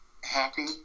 happy